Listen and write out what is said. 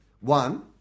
One